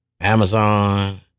Amazon